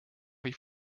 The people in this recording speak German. wie